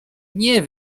nie